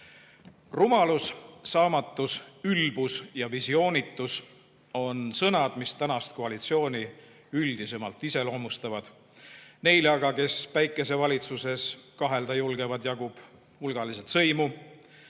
"Rumalus", "saamatus", "ülbus" ja "visioonitus" on sõnad, mis tänast koalitsiooni üldisemalt iseloomustavad. Neile aga, kes päikesevalitsuses kahelda julgevad, jagub hulgaliselt sõimu: